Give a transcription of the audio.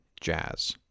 jazz